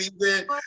event